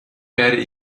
werde